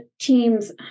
teams